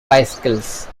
bicycles